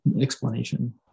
explanation